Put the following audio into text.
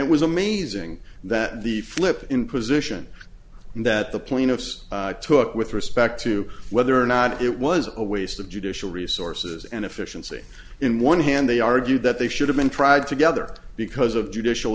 it was amazing that the flip in position that the plaintiffs took with respect to whether or not it was a waste of judicial resources and efficiency in one hand they argued that they should have been tried together because of judicial